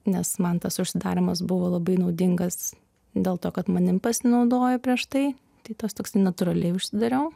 nes man tas užsidarymas buvo labai naudingas dėl to kad manim pasinaudojo prieš tai tai tas toks natūraliai užsidariau